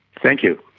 thank you.